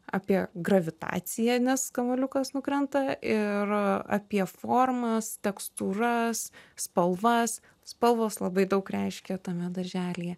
apie gravitaciją nes kamuoliukas nukrenta ir apie formas tekstūras spalvas spalvos labai daug reiškė tame darželyje